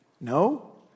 No